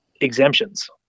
exemptions